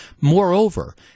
Moreover